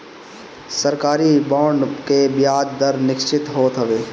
सरकारी बांड के बियाज दर निश्चित होत हवे